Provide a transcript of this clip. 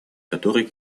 который